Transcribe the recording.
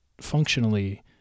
functionally